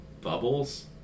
Bubbles